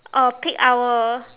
or peak hour